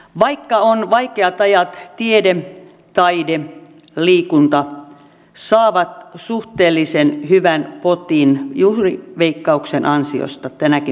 vaikka on vaikeat ajat tiede taide ja liikunta saavat suhteellisen hyvän potin juuri veikkauksen ansiosta vielä tänäkin päivänä